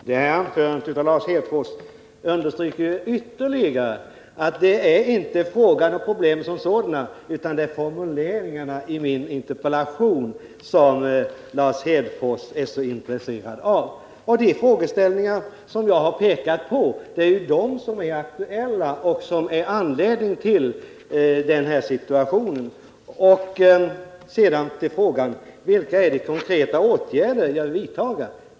Fru talman! Det här anförandet av Lars Hedfors understryker ytterligare att det inte är fråga om problemen som sådana utan att det är formuleringarna i min interpellation som Lars Hedfors är intresserad av. Det är de frågeställningar som jag har pekat på som är aktuella och det är de som är anledningen till den här situationen. Sedan till frågan vilka de konkreta åtgärder är som jag vill vidta.